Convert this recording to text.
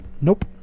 nope